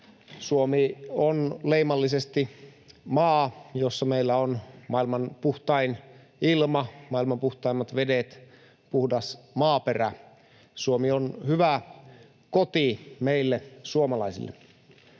Suomi on leimallisesti maa, jossa meillä on maailman puhtain ilma, maailman puhtaimmat vedet, puhdas maaperä. Suomi on hyvä koti meille suomalaisille.